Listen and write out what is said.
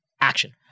action